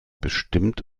bestimmt